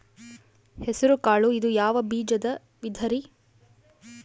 ಹೆಸರುಕಾಳು ಇದು ಯಾವ ಬೇಜದ ವಿಧರಿ?